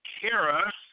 Kara